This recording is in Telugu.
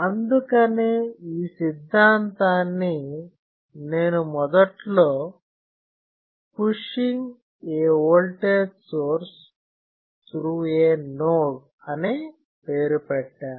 అందుకనే ఈ సిద్ధాంతాన్ని నేను మొదట్లో "pushing a voltage source through a node" అనే పేరు పెట్టాను